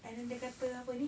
and then dia kata apa ni